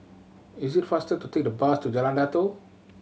is it faster to take the bus to Jalan Datoh